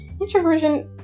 introversion